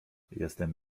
jestem